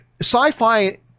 sci-fi